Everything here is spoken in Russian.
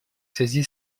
связи